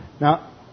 Now